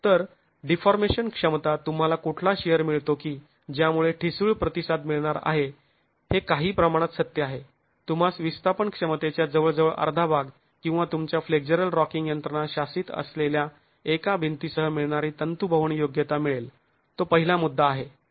तर डीफॉर्मेशन क्षमता तुम्हाला कुठला शिअर मिळतो की ज्यामुळे ठिसूळ प्रतिसाद मिळणार आहे हे काही प्रमाणात सत्य आहे तुम्हास विस्थापन क्षमतेच्या जवळजवळ अर्धा भाग किंवा तुमच्या फ्लेक्झरल रॉकिंग यंत्रणा शासित असलेल्या एका भिंतीसह मिळणारी तंतूभवन योग्यता मिळेल तो पहिला मुद्दा आहे